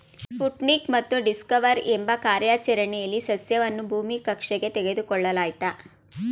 Sputnik ಮತ್ತು Discover ಎಂಬ ಕಾರ್ಯಾಚರಣೆಲಿ ಸಸ್ಯವನ್ನು ಭೂಮಿ ಕಕ್ಷೆಗೆ ತೆಗೆದುಕೊಳ್ಳಲಾಯ್ತು